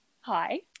Hi